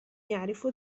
يعرف